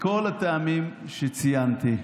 מכל הטעמים שציינתי,